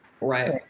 Right